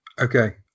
Okay